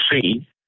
see